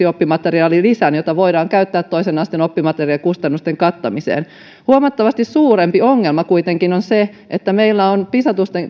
oppimateriaalilisän jota voidaan käyttää toisen asteen oppimateriaalikustannusten kattamiseen huomattavasti suurempi ongelma kuitenkin on se että meillä on pisa